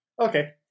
Okay